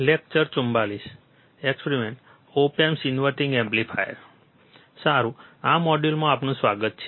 સારું આ મોડ્યુલમાં આપનું સ્વાગત છે